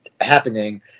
happening